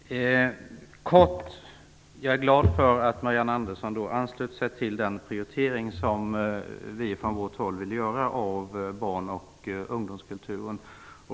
Fru talman! Jag skall fatta mig kort. Jag är glad över att Marianne Andersson anslöt sig till den prioritering som vi vill göra av barn och ungdomskulturen.